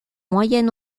moyen